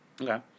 Okay